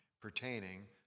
pertaining